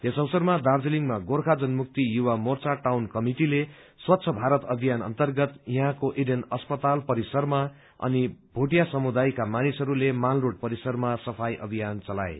यस अवसरमा दार्जीलिङमा गोर्खा जनमुक्ति युवा मोर्चा टाउन कमिटिले स्वच्छ भारत अभियान अन्तर्गत यहाँको ईडेन अस्पताल परिसरमा अनि भोटिया समुदायका मानिसहरूले माल रोड परिसरमा सफाई अभियान चलाए